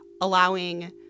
allowing